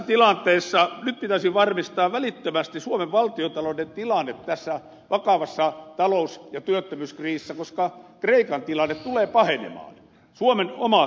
nyt pitäisi varmistaa välittömästi suomen valtiontalouden tilanne tässä vakavassa talous ja työttömyyskriisissä suomen oma toimintakyky koska kreikan tilanne tulee pahenemaan